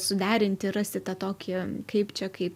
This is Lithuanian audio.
suderinti rasti tą tokį kaip čia kaip